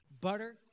butter